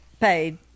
paid